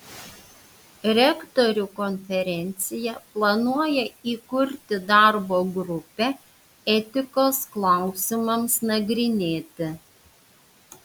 rektorių konferencija planuoja įkurti darbo grupę etikos klausimams nagrinėti